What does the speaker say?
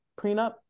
prenup